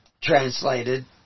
translated